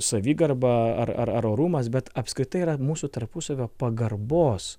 savigarba ar ar ar orumas bet apskritai yra mūsų tarpusavio pagarbos